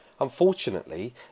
Unfortunately